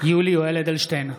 יולי יואל אדלשטיין,